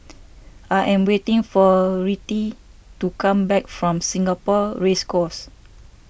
I am waiting for Rettie to come back from Singapore Race Course